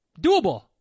doable